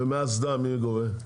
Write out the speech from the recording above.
ומהאסדה מי עוד רואה?